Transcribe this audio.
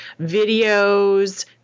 videos